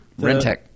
Rentec